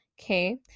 okay